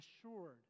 assured